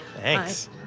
Thanks